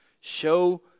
Show